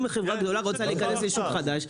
אם חברה גדולה רוצה להיכנס לשוק חדש,